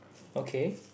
okay